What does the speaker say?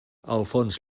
alfons